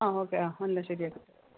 ആ ഓക്കെ ആ എല്ലാം ശരിയാക്കി തരാം